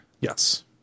Yes